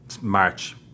March